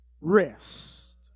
Rest